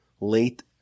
late